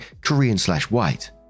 Korean-slash-white